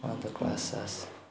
अन्त क्लासस्लास